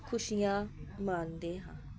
ਖੁਸ਼ੀਆਂ ਮਾਣਦੇ ਹਾਂ